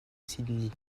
sydney